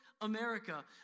America